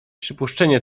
przypuszczenie